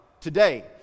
today